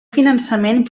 finançament